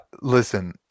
Listen